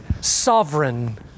sovereign